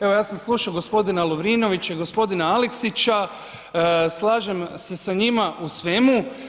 Evo ja sam slušao gospodina Lovrinovića i gospodina Aleksića, slažem se sa njima u svemu.